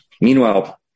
Meanwhile